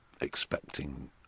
expecting